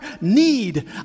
need